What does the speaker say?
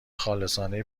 خالصانه